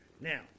now